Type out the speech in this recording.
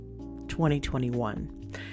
2021